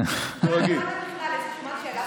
תירגעי.